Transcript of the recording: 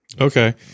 Okay